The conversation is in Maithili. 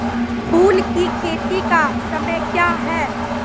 फुल की खेती का समय क्या हैं?